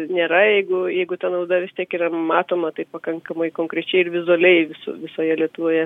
nėra jeigu jeigu ta nauda vis tiek yra matoma tai pakankamai konkrečiai ir vizualiai viso visoje lietuvoje